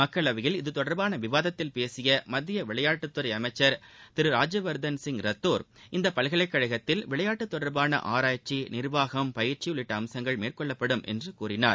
மக்களவையில் இதுதொடர்பான விவாதத்தில் பேசிய மத்திய விளையாட்டுத்துறை அமைச்சர் ராஜ்யவர்தன் ரத்தோர் இந்த பல்கலைக்கழகத்தில் விளையாட்டு தொடர்பான ஆராய்ச்சி நிர்வாகம் பயிற்சி உள்ளிட்ட அம்சங்கள் மேற்கொள்ளப்படும் என்று கூறினார்